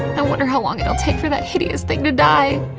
i wonder how long it'll take for that hideous thing to die?